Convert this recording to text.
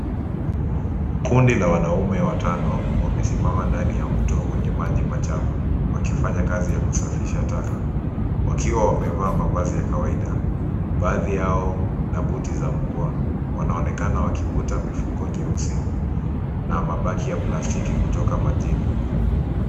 Kundi la wanaume watano wamesimama ndani ya mto wenye maji machafu wakifanya kazi ya kusafisha taka. Wakiwa wamevaa mavazi ya kawaida, baadhi yao na buti za mvua wanaonekana wakivuta mifuko nyeusi na mabaki ya plastiki kutoka majini.